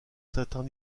certains